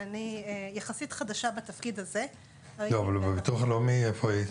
לבין אירוע שהוא פיגוע אבל הוא אירוע נקודתי,